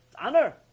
Honor